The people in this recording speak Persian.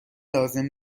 لازم